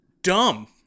dumb